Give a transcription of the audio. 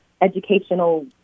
educational